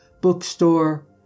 bookstore